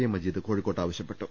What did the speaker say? A Majeed Kozhikode ആവശ്യപ്പെട്ടു